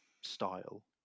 style